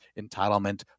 entitlement